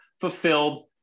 fulfilled